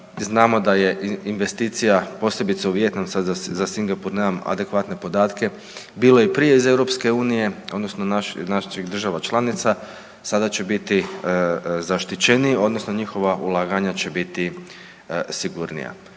znamo da je investicija, posebice u Vijetnam, sad za Singapur nemam adekvatne podatke, bilo i prije iz EU, odnosno naših država članica, sada će biti zaštićeniji, odnosno njihova ulaganja će biti sigurnija.